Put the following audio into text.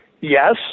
yes